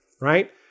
right